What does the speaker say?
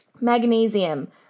Magnesium